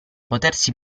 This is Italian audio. potersi